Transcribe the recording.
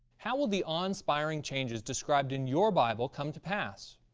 how will the awe inspiring changes described in your bible come to pass?